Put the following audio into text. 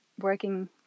working